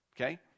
Okay